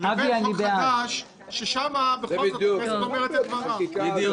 לבין חוק חדש ששם בכל זאת הכנסת אומרת את דבריה.